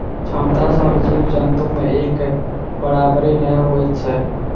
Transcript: क्षमता सभ जीव जन्तु मे एक बराबरि नै होइत छै